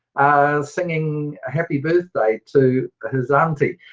singing happy birthday to his aunty.